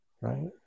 right